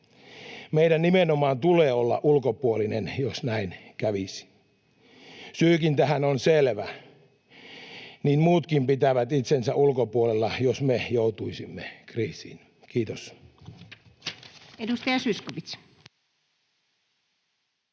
Meidän nimenomaan tulee olla ulkopuolinen, jos näin kävisi. Syykin tähän on selvä: niin muutkin pitäisivät itsensä ulkopuolella, jos me joutuisimme kriisiin. — Kiitos.